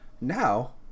now